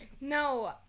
No